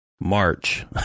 march